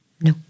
No